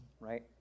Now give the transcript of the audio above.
right